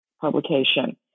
publication